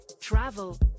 travel